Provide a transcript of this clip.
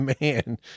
Man